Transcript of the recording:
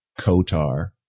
Kotar